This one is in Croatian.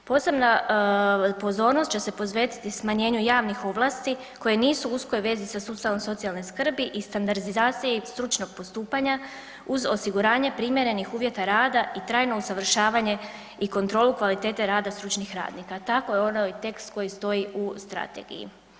Posebna pozornost će se posvetiti smanjenju javnih ovlasti koje nisu u uskoj vezi sa sustavom socijalne skrbi i standardizacije i stručnog postupanja uz osiguranje primjerenih uvjeta rada i trajno usavršavanje i kontrolu kvalitete rada stručnih radnika, tako je onaj tekst koji stoji u strategiji.